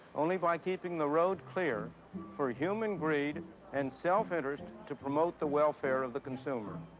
only by keeping the road clear for human greed and self-interest to promote the welfare of the consumer.